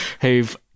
who've